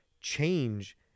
change